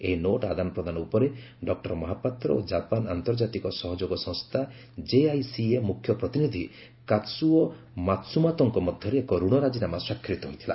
ଏହି ନୋଟ୍ ଆଦାନ ପ୍ରଦାନ ଉପରେ ଡକ୍ଟର ମହାପାତ୍ର ଓ ଜାପାନ ଆନ୍ତର୍ଜାତିକ ସହଯୋଗ ସଂସ୍କା ଜେଆଇସିଏ ମୁଖ୍ୟ ପ୍ରତିନିଧି କାତ୍ସ୍ୱଓ ମାତ୍ସ୍ୱମୋତୋଙ୍କ ମଧ୍ୟରେ ଏକ ଋଣ ରାଜିନାମା ସ୍ୱାକ୍ଷରିତ ହୋଇଥିଲା